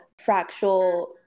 fractal